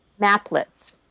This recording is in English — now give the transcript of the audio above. Maplets